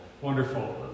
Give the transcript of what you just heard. wonderful